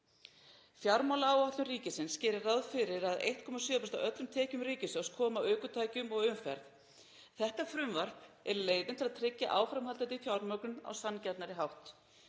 Fjármálaáætlun ríkisins gerir ráð fyrir að 1,7% af öllum tekjum ríkissjóðs komi af ökutækjum og umferð. Þetta frumvarp er leiðin til að tryggja áframhaldandi fjármögnun á sanngjarnari hátt.